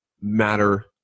Matter